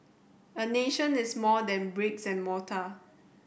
a nation is more than bricks and mortar